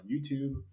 YouTube